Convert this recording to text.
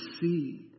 see